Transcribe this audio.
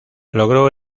logró